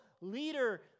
leader